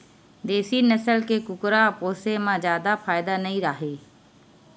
देसी नसल के कुकरा पोसे म जादा फायदा नइ राहय